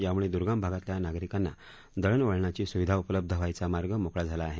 यामुळे दूर्गम भागातल्या नागरिकांना दळणवळणाची सुविधा उपलब्ध व्हायचा मार्ग मोकळा झाला आहे